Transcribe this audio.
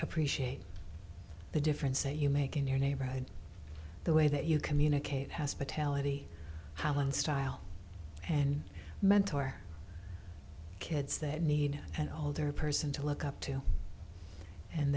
appreciate the difference a you make in your neighborhood the way that you communicate has patel eddie howland style and mentor kids that need an older person to look up to and